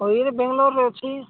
ବାଙ୍ଗଲୋରରେ ଅଛି